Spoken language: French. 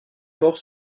port